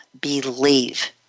believe